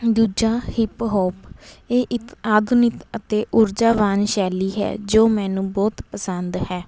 ਦੂਜਾ hip hop ਇਹ ਇੱਕ ਆਧੁਨਿਕ ਅਤੇ ਊਰਜਾਵਾਨ ਸ਼ੈਲੀ ਹੈ ਜੋ ਮੈਨੂੰ ਬਹੁਤ ਪਸੰਦ ਹੈ